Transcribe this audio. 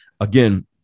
Again